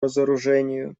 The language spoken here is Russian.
разоружению